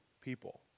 people